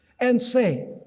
and say,